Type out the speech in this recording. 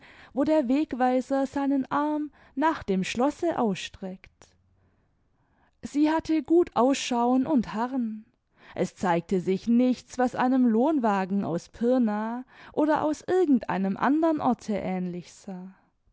wo der wegweiser seinen arm nach dem schlosse ausstreckt sie hatte gut ausschauen und harren es zeigte sich nichts was einem lohnwagen aus pirna oder aus irgend einem andern orte ähnlich sah